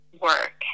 work